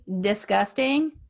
disgusting